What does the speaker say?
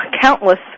countless